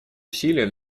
усилия